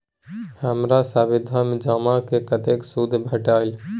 हमर सावधि जमा पर कतेक सूद भेटलै?